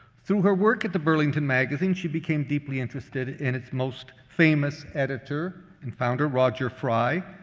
through her work at the burlington magazine, she became deeply interested in its most famous editor and founder, roger fry,